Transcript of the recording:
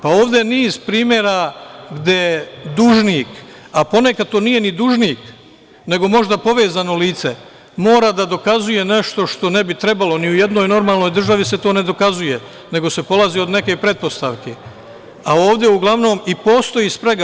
Pa, ovde je niz primera gde dužnik, a ponekad to nije ni dužnik, nego možda povezano lice, mora da dokazuje nešto što ne bi trebalo, ni u jednoj normalnoj državi se to ne dokazuje, nego se polazi od neke pretpostavke, a ovde uglavnom i postoji sprega.